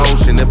Ocean